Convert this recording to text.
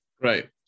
right